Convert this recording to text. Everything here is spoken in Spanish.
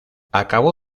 acabó